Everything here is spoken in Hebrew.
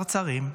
צרצרים.